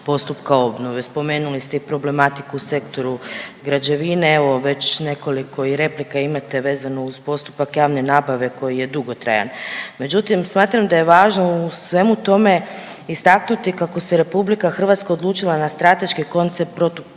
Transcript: postupka obnove, spomenuli ste i problematiku u sektoru građevine, evo već nekoliko i replika imate vezano uz postupak javne nabave koji je dugotrajan. Međutim smatram da je važno u svemu tome istaknuti kako se RH odlučila na strateški koncept protupotresne